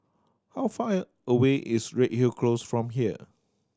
how far away is Redhill Close from here